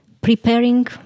preparing